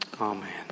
Amen